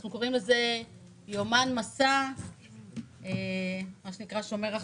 אנחנו קוראים לזה "יומן מסע שומר החומות".